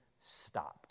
stopped